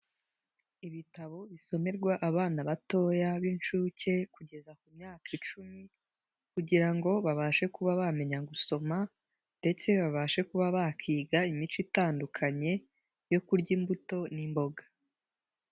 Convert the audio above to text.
ibitabo bisomerwa abana batoya b'inshuke kugeza ku myaka icumi, kugira ngo babashe kuba bamenya gusoma ndetse babashe kuba bakiga imico itandukanye yo kurya imbuto n'imboga.